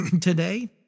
today